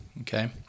Okay